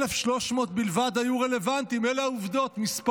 1,300 בלבד היו רלוונטיים, אלה העובדות, מספרים,